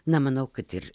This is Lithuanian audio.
na manau kad ir